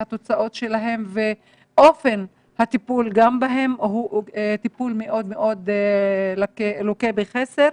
תוצאותיהן ואופן הטיפול הוא טיפול מאוד לוקה בחסר.